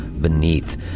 beneath